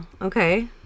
Okay